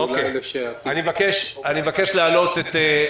אז אני מבקש זכות דיבור להמשך הדיון.